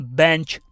bench